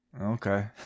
Okay